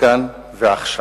כאן ועכשיו.